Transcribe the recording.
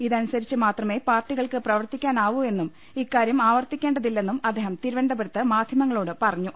ഇതനുസരിച്ച് മാത്രമേ പാർട്ടികൾക്ക് പ്രവർത്തിക്കാനാവൂ എന്നും ഇക്കാര്യം ആവർത്തിക്കേണ്ടതില്ലെന്നും അദ്ദേഹം തിരുവനന്തപുരത്ത് മാധ്യമങ്ങളോട് പറഞ്ഞു